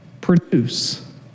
produce